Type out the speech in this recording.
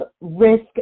risk